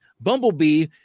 Bumblebee